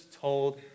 told